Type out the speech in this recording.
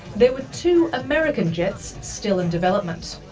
there were two american jets still in development.